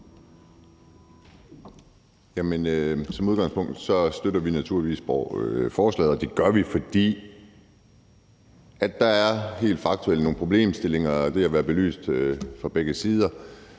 Som udgangspunkt støtter vi naturligvis forslaget, og det gør vi, fordi der helt faktuelt er nogle problemstillinger, som er blevet belyst fra begge sider,